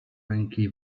ręki